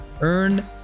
Earn